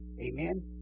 Amen